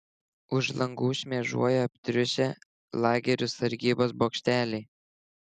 už langų šmėžuoja aptriušę lagerių sargybos bokšteliai